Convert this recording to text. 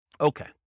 Okay